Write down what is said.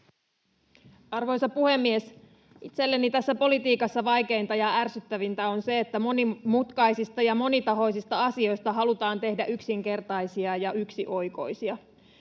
Arvoisa puhemies! Itselleni tässä politiikassa vaikeinta ja ärsyttävintä on se, että monimutkaisista ja monitahoisista asioista halutaan tehdä yksinkertaisia ja yksioikoisia.